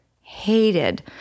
hated